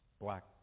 black